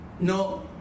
No